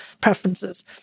preferences